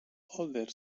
older